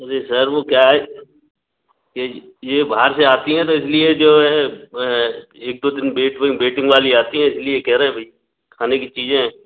अरे सर वह क्या है कि यह बाहर से आती हैं इसलिए जो है एक दो दिन वेट वेटिंग वाली आती हैं इसलिए कह रहे हैं भाई खाने की चीज़ें हैं